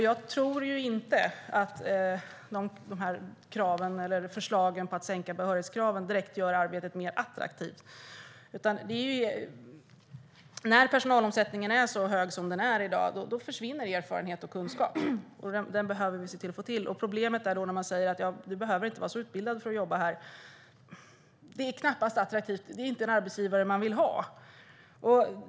Jag tror inte att förslagen på att sänka behörighetskraven direkt gör arbetet mer attraktivt. När personalomsättningen är så hög som den är i dag försvinner erfarenhet och kunskap. Den behövs. Problemet uppstår när man säger att det inte behövs utbildning för att jobba här. Det är inte en arbetsgivare som personalen vill ha.